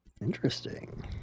Interesting